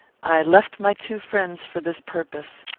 i left my two friends for this purpose.